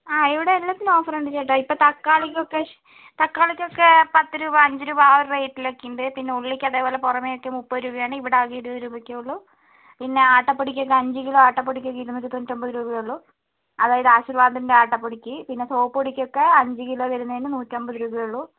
ആ ഇവിടെ എല്ലാത്തിനും ഓഫറുണ്ട് ചേട്ടാ ഇപ്പോൾ തക്കാളിക്കൊക്കെ തക്കാളിക്കൊക്കെ പത്ത് രൂപ അഞ്ച് രൂപ ആ ഒരു റേറ്ററിലൊക്കെ ഉണ്ട് പിന്നെ ഉള്ളിക്ക് അതേപോലെ പുറമെയൊക്കെ മുപ്പത് രൂപയാണ് ഇവിടെ ആകെ ഇരുപത് രൂപയൊക്കെ ഉള്ളു പിന്നെ ആട്ടപ്പൊടിക്കൊക്കെ അഞ്ച് കിലോ ആട്ടപ്പൊടിക്കൊക്കെ ഇരുന്നൂറ്റി തൊണ്ണൂറ്റൊമ്പത് രൂപയെ ഉള്ളു അതായത് ആശിർവാദിൻ്റെ ആട്ടപ്പൊടിക്ക് പിന്നെ സോപ്പുപൊടിക്കൊക്കെ അഞ്ച് കിലോ വരുന്നതിന് നൂറ്റമ്പത് രൂപയെ ഉള്ളു